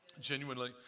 genuinely